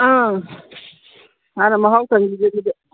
ꯑꯥ ꯍꯥꯟꯅ ꯃꯍꯥꯎ ꯇꯪꯈꯤꯒꯦ ꯑꯗꯨꯗꯤ